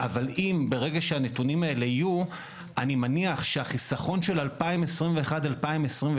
אבל כשיהיו, אני מניח שהחיסכון של 21' ו-22'